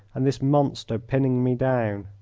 and this monster pinning me down.